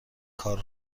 کار